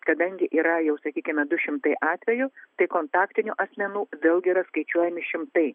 kadangi yra jau sakykime du šimtai atvejų tai kontaktinių asmenų vėlgi yra skaičiuojami šimtai